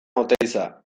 oteiza